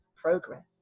progress